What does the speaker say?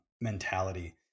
mentality